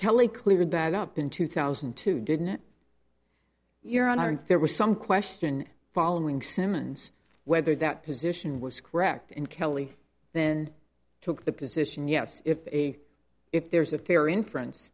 kelly cleared that up in two thousand and two didn't you're on aren't there was some question following simmons whether that position was correct and kelly then took the position yes if a if there's a fair inference